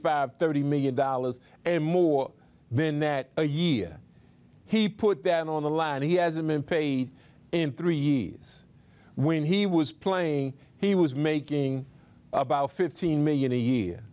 and thirty million dollars and more than that a year he put that on the line he hasn't been paid in three years when he was playing he was making about fifteen million